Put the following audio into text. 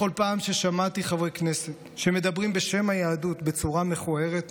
בכל פעם ששמעתי חברי כנסת שמדברים בשם היהדות בצורה מכוערת,